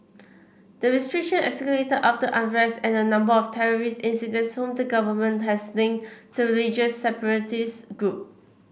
the restrictions escalated after unrest and a number of terrorist incidents whom the government has linked to religious separatist group